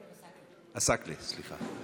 עסאקלה, סליחה.